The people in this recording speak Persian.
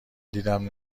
دیدم